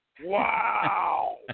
Wow